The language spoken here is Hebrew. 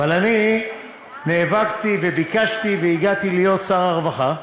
אבל אני נאבקתי וביקשתי והגעתי להיות שר הרווחה,